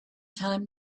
time